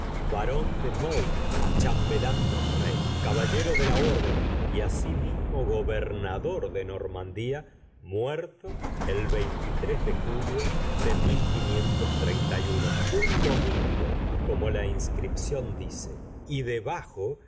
barón de mauny chambelán del rey caballero de la orden y asimismo gobernador de normandía muerto el de julio un domingo como la inscripción dice y debajo